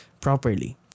properly